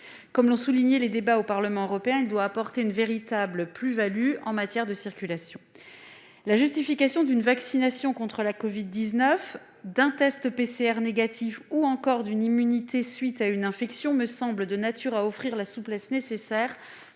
Comme l'ont souligné les débats au Parlement européen, le pass doit apporter une véritable plus-value en matière de circulation. La justification d'une vaccination contre la covid-19, d'un test PCR négatif ou encore d'une immunité à la suite d'une infection me semble offrir la souplesse nécessaire